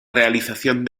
realización